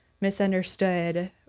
misunderstood